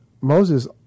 Moses